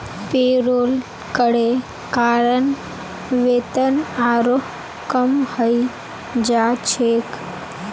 payroll करे कारण वेतन आरोह कम हइ जा छेक